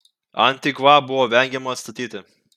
antigvą buvo vengiama atstatyti